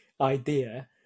idea